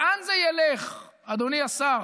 לאן זה ילך, אדוני השר?